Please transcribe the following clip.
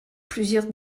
plusieurs